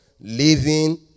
Living